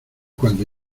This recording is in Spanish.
cuando